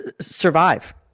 survive